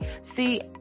See